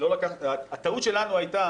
לא לקחת הטעות שלנו הייתה